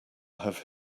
have